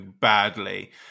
badly